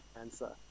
answer